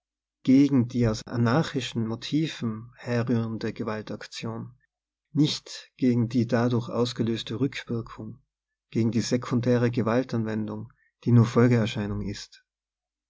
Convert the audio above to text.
gegen die aus anarchischen motiven her rührende gewaltaktion nicht gegen die dadurch ausgelöste rückwirkung gegen die sekundäre gewalt anwendung die nur folgeerscheinung ist